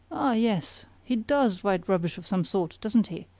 ah, yes he does write rubbish of some sort, doesn't he?